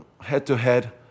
head-to-head